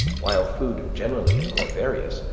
while food generally is more various,